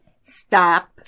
stop